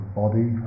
body